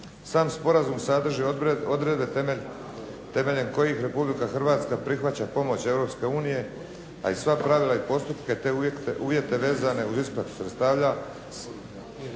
Sam sporazum sadrži odredbe temeljem kojih RH prihvaća pomoć Europske unije, a i sva pravila i postupke te uvjete vezane uz isplatu sredstava,